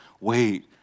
wait